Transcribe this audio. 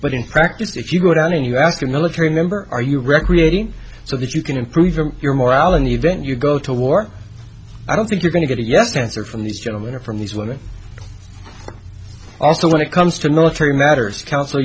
but in practice if you go down and you ask a military member are you recreating so that you can improve your morale an event you go to war i don't think you're going to get a yes answer from these gentlemen or from these women also when it comes to military matters coun